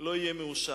לא יהיה מאושר.